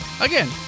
Again